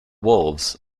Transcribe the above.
wolves